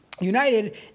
united